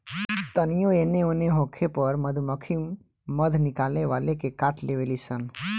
तानियो एने ओन होखे पर मधुमक्खी मध निकाले वाला के काट लेवे ली सन